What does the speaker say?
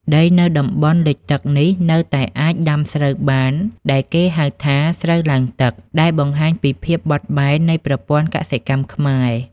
ដីនៅតំបន់លិចទឹកនេះនៅតែអាចដាំស្រូវបាន ដែលគេហៅថា ស្រូវឡើងទឹក ដែលបង្ហាញពីភាពបត់បែននៃប្រព័ន្ធកសិកម្មខ្មែរ។